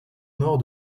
nord